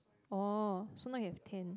oh so now you have ten